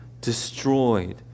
destroyed